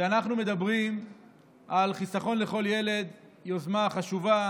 כשאנחנו מדברים על חיסכון לכל ילד, יוזמה חשובה